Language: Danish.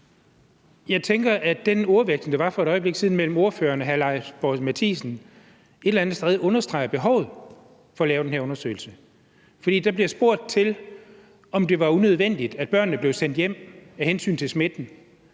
Jeg tænker, at den ordveksling, der var for et øjeblik siden mellem ordføreren og hr. Lars Boje Mathiesen, et eller andet sted understreger behovet for at lave den her undersøgelse. For der bliver spurgt til, om det var unødvendigt, at børnene blev sendt hjem af hensyn til smitten.